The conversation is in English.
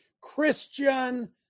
Christian